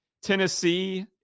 Tennessee